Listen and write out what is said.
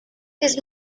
his